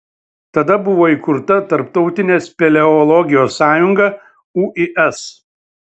tada buvo įkurta tarptautinė speleologijos sąjunga uis